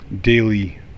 daily